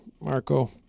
Marco